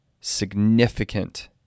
significant